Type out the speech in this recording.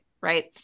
right